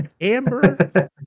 Amber